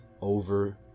over